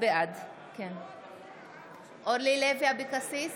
בעד אורלי לוי אבקסיס,